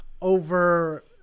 over